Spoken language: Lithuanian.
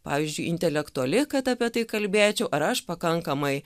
pavyzdžiui intelektuali kad apie tai kalbėčiau ar aš pakankamai